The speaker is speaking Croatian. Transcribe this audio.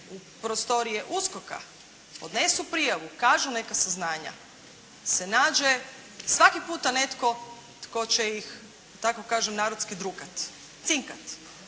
u prostorije USKOKA podnesu prijavu, kažu neka saznanja, se nađe svaki puta netko tko će ih da tako kažem narodski drukati, cinkati.